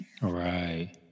Right